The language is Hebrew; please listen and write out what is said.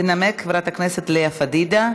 תנמק חברת הכנסת לאה פדידה.